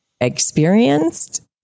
experienced